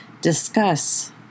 discuss